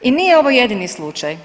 I nije ovo jedini slučaj.